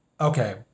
okay